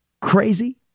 crazy